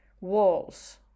walls